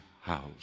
house